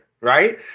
right